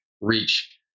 reach